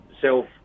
self